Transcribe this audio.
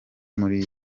muri